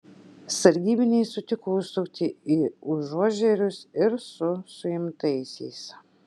sargybiniai sutiko užsukti į užuožerius ir su suimtaisiais